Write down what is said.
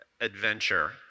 adventure